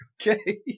Okay